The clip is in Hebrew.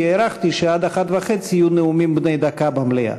כי הערכתי שעד 13:30 יהיו נאומים בני דקה במליאה,